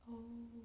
oh